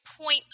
point